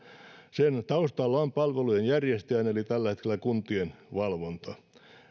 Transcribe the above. sen taustalla on palvelujen järjestäjän eli tällä hetkellä kuntien valvonta